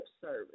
service